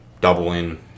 doubling